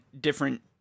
different